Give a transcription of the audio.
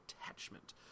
attachment